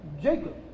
Jacob